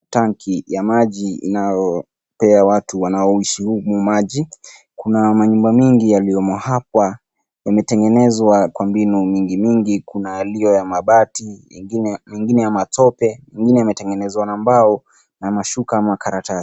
Tanki ya maji inayopea watu wanaoishi humu maji. Kuna manyumba mingi yaliyomo hapa yametengenezwa kwa mbinu mingi mingi. Kuna yaliyo ya mabati, mengine ya matope, mengine yametengenezwa na mbao na mashuka ama karatasi.